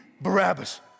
Barabbas